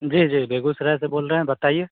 जी जी बेगूसराय से बोल रहे हैं बताइए